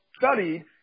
studied